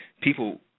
people